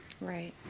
Right